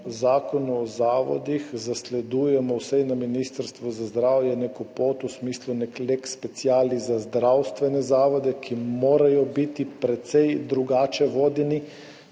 Zakonu o zavodih zasledujemo vsaj na Ministrstvu za zdravje neko pot v smislu lex specialis za zdravstvene zavode, ki morajo biti precej drugače vodeni